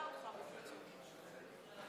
קובע